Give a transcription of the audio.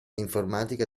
informatica